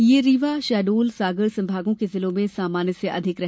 यह रीवा शहडोल और सागर संभागों के जिलों में सामान्य से अधिक रहे